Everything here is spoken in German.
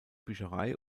bücherei